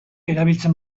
erabiltzen